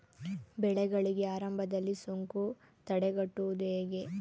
ಬೆಳೆಗಳಿಗೆ ಆರಂಭದಲ್ಲಿ ಸೋಂಕು ತಡೆಗಟ್ಟುವುದು ಹೇಗೆ?